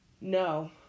No